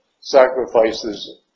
sacrifices